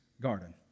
garden